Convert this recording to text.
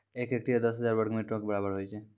एक हेक्टेयर, दस हजार वर्ग मीटरो के बराबर होय छै